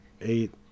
eight